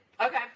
Okay